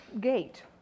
gate